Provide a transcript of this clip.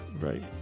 Right